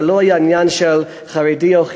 כך שזה לא היה עניין של חרדי או חילוני,